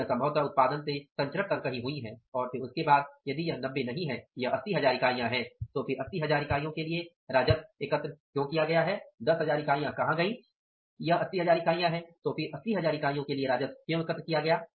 यह संभवतः उत्पादन से संचरण तक कहीं हुई है और फिर उसके बाद यदि यह 90 नहीं है यह 80000 इकाईयां है तो फिर 80000 इकाइयों के लिए राजस्व क्यों एकत्र किया गया है